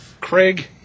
Craig